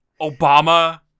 Obama